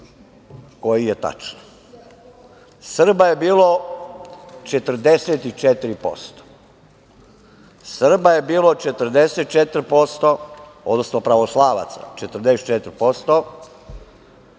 koji je tačan. Srba je bilo 44%. Srba je bilo 44%, odnosno pravoslavaca 44%,